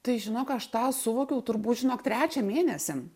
tai žinok aš tą suvokiau turbūt žinot trečią mėnesį